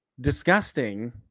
disgusting